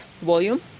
volume